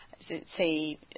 say